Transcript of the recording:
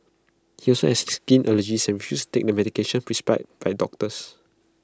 he also has skin allergies and refuses to take the medication prescribed by doctors